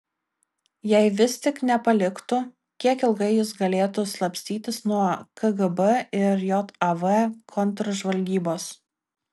jei vis tik nepaliktų kiek ilgai jis galėtų slapstytis nuo kgb ir jav kontržvalgybos